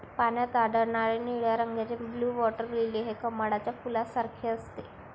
पाण्यात आढळणारे निळ्या रंगाचे ब्लू वॉटर लिली हे कमळाच्या फुलासारखे असते